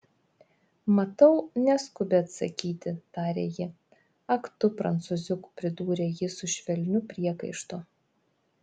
matau neskubi atsakyti tarė ji ak tu prancūziuk pridūrė ji su švelniu priekaištu